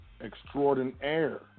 Extraordinaire